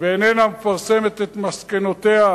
ואיננה מפרסמת את מסקנותיה,